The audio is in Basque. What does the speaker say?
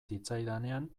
zitzaidanean